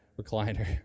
recliner